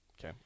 Okay